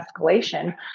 escalation